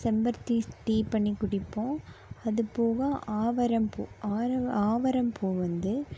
செம்பருத்தி டீ பண்ணி குடிப்போம் அதுப்போக ஆவாரம் பூ ஆரவா ஆவாரம் பூ வந்து